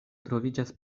troviĝas